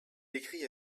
écrit